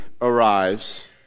arrives